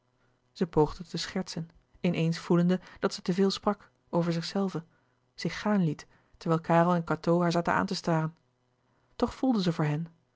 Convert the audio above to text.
zij poogde te schertsen in eens voelende dat zij te veel sprak over zichzelve zich gaan liet terwijl karel en cateau haar zaten aan te staren toch voelde zij voor hen